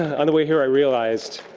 on the way here i realized.